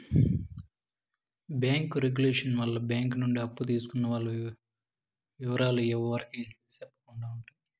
bank regulation వల్ల bank నుండి అప్పు తీసుకున్న వాల్ల ఇవరాలు ఎవరికి సెప్పకుండా ఉంటాయి